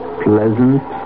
pleasant